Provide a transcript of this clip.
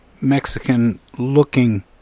Mexican-looking